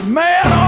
man